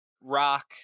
rock